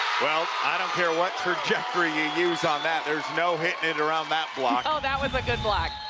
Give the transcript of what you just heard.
well, i don't care what trajectory you use on that, there's no hitting it around that block. no that was a good block.